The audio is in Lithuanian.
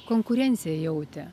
konkurenciją jautė